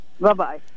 Bye-bye